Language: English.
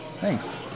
Thanks